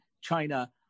China